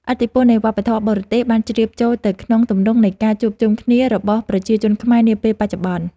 ឥទ្ធិពលនៃវប្បធម៌បរទេសបានជ្រាបចូលទៅក្នុងទម្រង់នៃការជួបជុំគ្នារបស់ប្រជាជនខ្មែរនាពេលបច្ចុប្បន្ន។